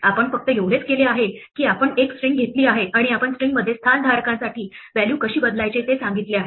आपण फक्त एवढेच केले आहे की आपण एक स्ट्रिंग घेतली आहे आणि आपण स्ट्रिंगमध्ये स्थान धारकांसाठी व्हॅल्यू कशी बदलायचे ते सांगितले आहे